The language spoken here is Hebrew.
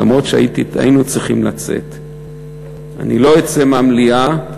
אף-על-פי שהיינו צריכים לצאת, אני לא אצא מהמליאה,